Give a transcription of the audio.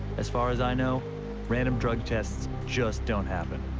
as far as i know random drugs tests just don't happen.